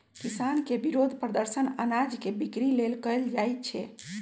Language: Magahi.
किसान के विरोध प्रदर्शन अनाज के बिक्री लेल कएल जाइ छै